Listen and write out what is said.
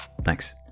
Thanks